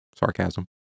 sarcasm